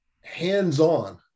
hands-on